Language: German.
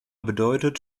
bedeutet